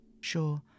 Sure